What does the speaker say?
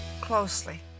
closely